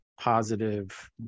positive